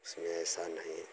इसमें ऐसा नहीं है